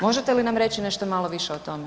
Možete li nam reći nešto malo više o tome.